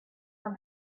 from